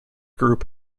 group